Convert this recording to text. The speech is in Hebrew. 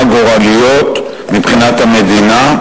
הכרעה גורליות מבחינת המדינה.